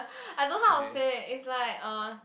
I don't know how to say it's like uh